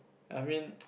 I mean